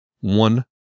one